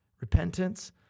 repentance